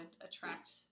attract